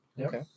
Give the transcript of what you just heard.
Okay